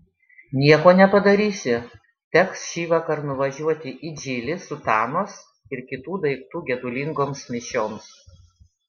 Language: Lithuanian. nieko nepadarysi teks šįvakar nuvažiuoti į džilį sutanos ir kitų daiktų gedulingoms mišioms